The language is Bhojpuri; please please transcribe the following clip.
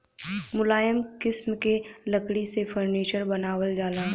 मुलायम किसिम क लकड़ी से फर्नीचर बनावल जाला